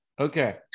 okay